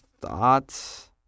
thoughts